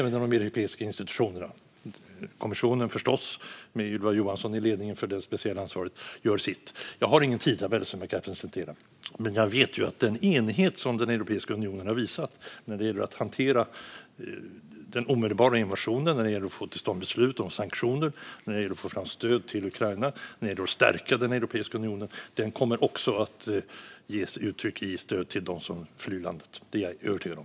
Även de europeiska institutionerna och Europeiska kommissionen förstås, med Ylva Johansson i ledningen för det speciella ansvaret, gör sitt. Jag har ingen tidtabell som jag kan presentera. Men jag vet att den enighet som Europeiska unionen har visat när det gäller att hantera den omedelbara invasionen, få till stånd beslut om sanktioner, få fram stöd till Ukraina och att stärka Europeiska unionen också kommer att ges uttryck i stöd till dem som flyr landet. Det är jag övertygad om.